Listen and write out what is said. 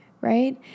right